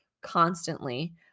constantly